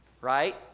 right